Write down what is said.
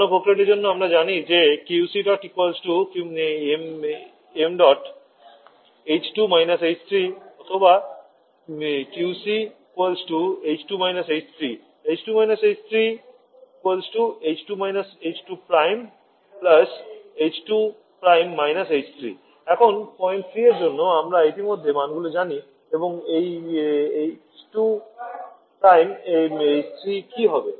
ঘন প্রক্রিয়াটির জন্য আমরা জানি যে বা তাই ℎ2 − ℎ3 ℎ2 − ℎ2′ ℎ2′ − ℎ3 এখন পয়েন্ট 3 এর জন্য আমরা ইতিমধ্যে মানগুলি জানি এবং H 2 H 3 কী হবে